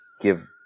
give